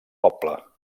poble